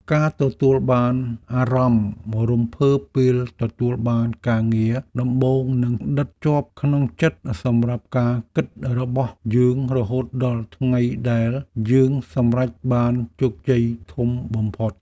ការទទួលបានអារម្មណ៍រំភើបពេលទទួលបានការងារដំបូងនឹងដិតជាប់ក្នុងចិត្តសម្រាប់ការគិតរបស់យើងរហូតដល់ថ្ងៃដែលយើងសម្រេចបានជោគជ័យធំបំផុត។